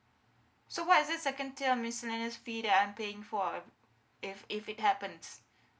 so what is this second tier miscellaneous fee that I'm paying for if if it happens